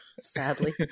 sadly